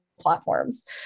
platforms